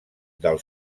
del